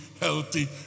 healthy